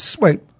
Wait